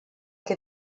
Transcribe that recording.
que